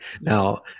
Now